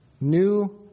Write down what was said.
New